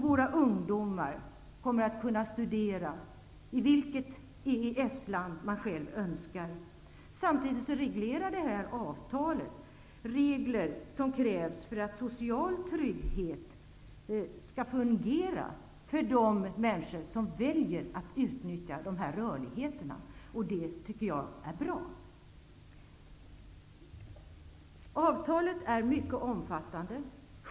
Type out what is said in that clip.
Våra ungdomar kommer att kunna studera i vilket EES-land de själva önskar. Samtidigt innehåller avtalet regler för att den sociala tryggheten skall fungera för de människor som väljer att utnyttja rörligheterna. Det tycker jag är bra. Avtalet är mycket omfattande.